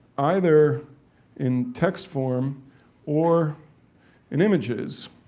either in text form or in images.